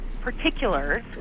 particulars